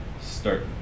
start